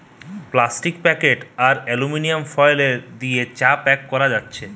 plastic packet আর aluminium foil দিয়ে চা প্যাক করা যাতেছে